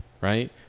right